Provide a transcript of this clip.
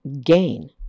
gain